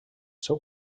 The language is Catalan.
seu